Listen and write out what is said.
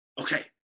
okay